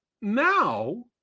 now